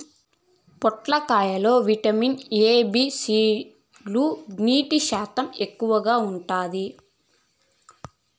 పొట్లకాయ లో vitamin A, B, C లు, నీటి శాతం ఎక్కువగా ఉంటాది